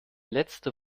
letzter